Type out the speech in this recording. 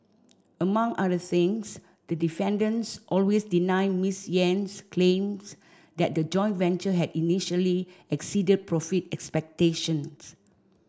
among other things the defendants always deny Ms Yen's claims that the joint venture had initially exceeded profit expectations